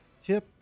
tip